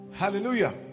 hallelujah